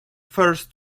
first